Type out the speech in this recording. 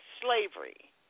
slavery